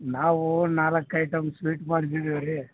ನಾವು ನಾಲ್ಕು item sweet ಮಾಡ್ಸಿದಿವಿ ರೀ